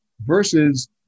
versus